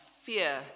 fear